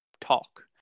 talk